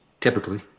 Typically